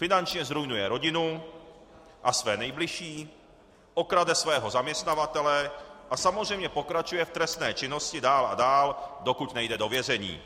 Finančně zruinuje rodinu a své nejbližší, okrade svého zaměstnavatele a samozřejmě pokračuje v trestné činnosti dál a dál, dokud nejde do vězení.